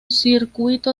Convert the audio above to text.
circuito